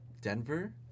Denver